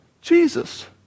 Jesus